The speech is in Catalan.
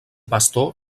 pastor